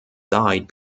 died